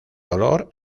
dolor